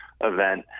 event